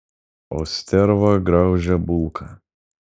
o sterva graužia bulką